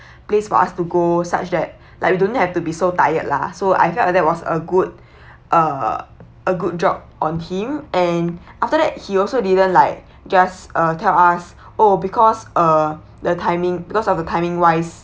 place for us to go such that like we don't have to be so tired lah so I felt like that was a good uh a good job on him and after that he also didn't like just uh tell us oh because uh the timing because of the timing wise